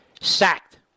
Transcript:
sacked